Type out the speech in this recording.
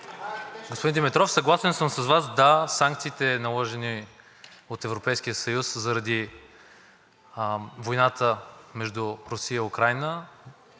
Господин Димитров, съгласен съм с Вас – да, санкциите, наложени от Европейския съюз заради войната между Русия и Украйна,